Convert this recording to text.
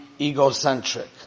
egocentric